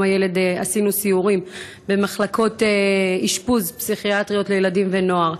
הילד עשינו סיורים במחלקות אשפוז פסיכיאטריות לילדים ונוער,